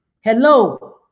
Hello